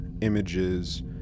images